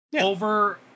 over